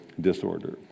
disorder